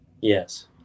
Yes